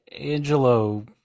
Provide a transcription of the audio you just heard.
Angelo